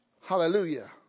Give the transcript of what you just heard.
Hallelujah